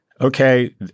Okay